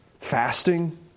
fasting